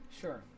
Sure